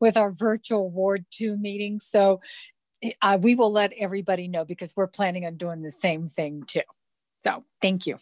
with our virtual ward to meetings so we will let everybody know because we're planning on doing the same thing too so thank you